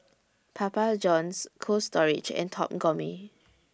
Papa Johns Cold Storage and Top Gourmet